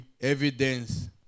evidence